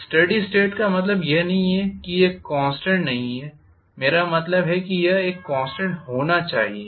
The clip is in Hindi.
स्टेडी स्टेट का मतलब यह नहीं है कि यह कॉन्स्टेंट नहीं है मेरा मतलब है कि यह एक कॉन्स्टेंट होना चाहिए